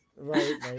Right